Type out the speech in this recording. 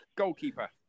goalkeeper